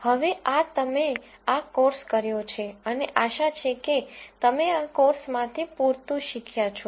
હવે આ તમે આ કોર્સ કર્યો છે અને આશા છે કે તમે આ કોર્સમાંથી પૂરતું શીખ્યા છો